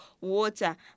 water